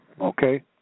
Okay